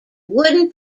wooden